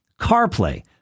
CarPlay